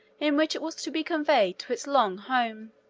in which it was to be conveyed to its long home.